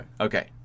Okay